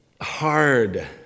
hard